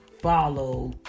follow